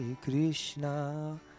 Krishna